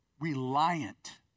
reliant